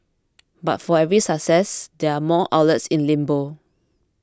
but for every success there are more outlets in limbo